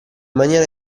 maniera